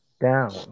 down